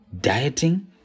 dieting